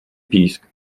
pisk